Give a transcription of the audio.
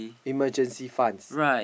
emergency funds